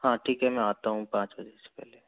हाँ ठीक है मैं आता हूँ पाँच बजे से पहले